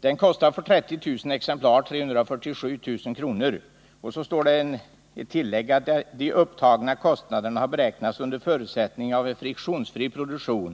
Den kostar i en upplaga på 30 000 exemplar 347 000 kr. Det står i ett tillägg att de upptagna kostnaderna har beräknats under förutsättning av friktionsfri produktion.